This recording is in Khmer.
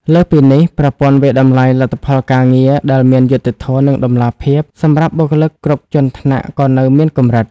លើសពីនេះ ប្រព័ន្ធវាយតម្លៃលទ្ធផលការងារ ដែលមានយុត្តិធម៌ និងតម្លាភាព សម្រាប់បុគ្គលិកគ្រប់ជាន់ថ្នាក់ក៏នៅមានកម្រិត។